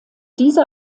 diese